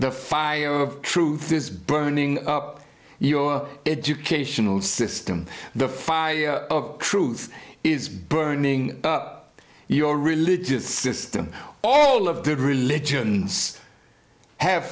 the fire of truth is burning up your educational system the five truth is burning up your religious system all of the religions have